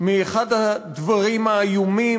מאחד הדברים האיומים,